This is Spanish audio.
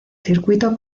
circuito